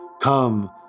come